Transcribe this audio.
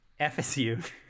FSU